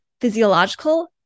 physiological